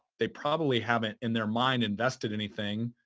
they probably haven't in their mind invested anything,